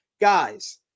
Guys